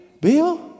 Bill